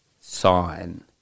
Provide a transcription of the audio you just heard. sign